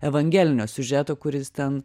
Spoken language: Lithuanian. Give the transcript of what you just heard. evangelinio siužeto kuris ten